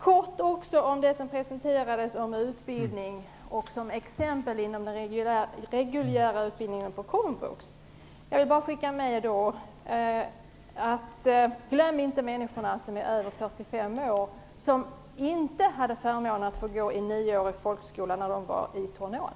Kort också om det som presenterades om utbildning, t.ex. den reguljära utbildningen på komvux. Då vill jag bara skicka med: Glöm inte människorna som är över 45 år, som inte hade förmånen att få gå i nioårig grundskola när de var i tonåren.